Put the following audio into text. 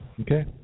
Okay